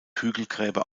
hügelgräber